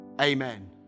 amen